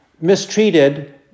mistreated